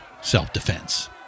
self-defense